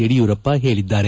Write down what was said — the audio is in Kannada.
ಯಡಿಯೂರಪ್ಪ ಹೇಳಿದ್ದಾರೆ